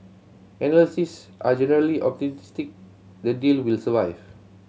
analysts are generally optimistic the deal will survive